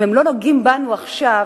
אם הם לא נוגעים בנו עכשיו,